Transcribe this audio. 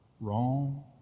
Wrong